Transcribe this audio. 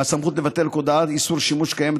והסמכות לבטל הודעת איסור שימוש קיימת